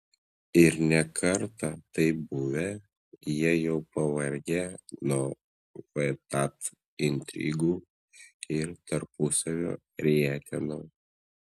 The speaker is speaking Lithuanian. ir ne kartą taip buvę jie jau pavargę nuo vtat intrigų ir tarpusavio rietenų